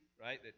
right